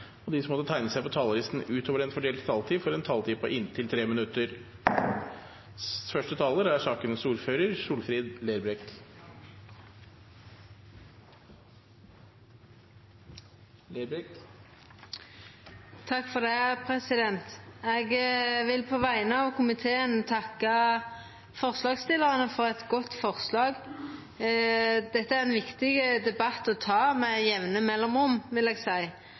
og de som måtte tegne seg på talerlisten utover den fordelte taletid, får også en taletid på inntil 3 minutter. Eg vil på vegner av komiteen takka forslagsstillarane for eit godt forslag. Dette er ein viktig debatt å ta med jamne mellomrom, vil